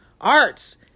arts